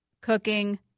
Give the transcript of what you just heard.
cooking